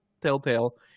Telltale